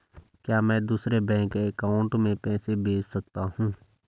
क्या मैं दूसरे बैंक अकाउंट में पैसे भेज सकता हूँ?